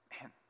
Man